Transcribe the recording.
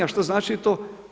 A što znači to?